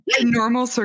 Normal